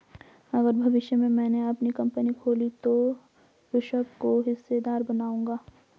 अगर भविष्य में मैने अपनी कंपनी खोली तो ऋषभ को हिस्सेदार बनाऊंगा